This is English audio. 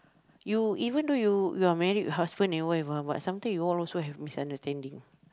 you even though you you're married with husband and wife ah but sometimes you all also have misunderstanding